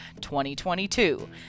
2022